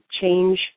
change